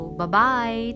bye-bye